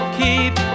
keep